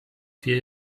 vier